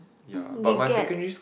they get